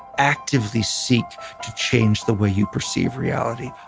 actively seek to change the way you perceive reality,